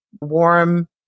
warm